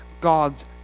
God's